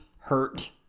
Hurt